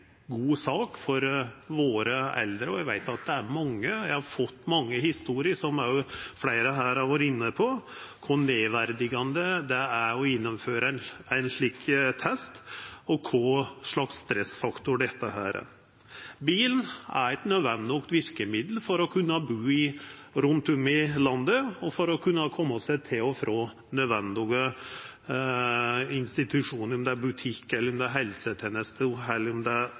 god sak for våre eldre, og eg veit at det gjeld mange. Eg har fått mange historier – som òg fleire har vore inne på – om kor nedverdigande det er å gjennomføra ein slik test, og kva for stressfaktor dette er. Bilen er eit nødvendig verkemiddel for å kunna bu rundt om i landet, og for å kunna koma seg til og frå nødvendige institusjonar, om det er butikk, helseteneste eller